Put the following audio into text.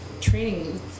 training